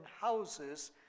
houses